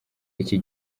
iki